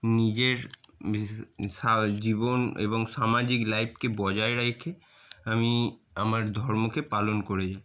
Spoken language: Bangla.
নিজের জীবন এবং সামাজিক লাইফকে বজায় রেখে আমি আমার ধর্মকে পালন করে যাই